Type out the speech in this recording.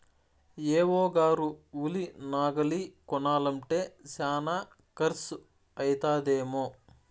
AO గారు ఉలి నాగలి కొనాలంటే శానా కర్సు అయితదేమో